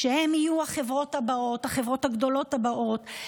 שהן יהיו החברות הבאות, החברות הגדולות הבאות.